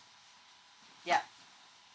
yup